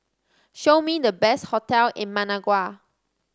show me the best hotel in Managua